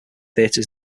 theaters